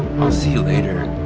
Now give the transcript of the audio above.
oh, see you later.